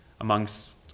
amongst